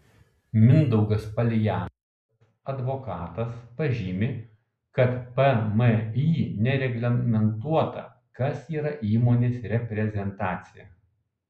mindaugas palijanskas advokatas pažymi kad pmį nereglamentuota kas yra įmonės reprezentacija